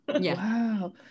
wow